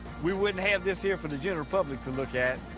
we wouldn't have this here for the general public to look at.